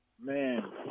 Man